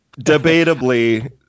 Debatably